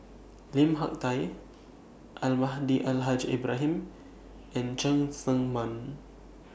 Lim Hak Tai Almahdi Al Haj Ibrahim and Cheng Tsang Man